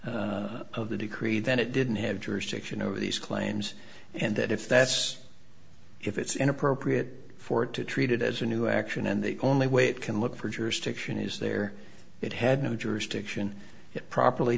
of the decree then it didn't have jurisdiction over these claims and that if that's if it's inappropriate for it to treat it as a new action and the only way it can look for jurisdiction is there it had no jurisdiction it properly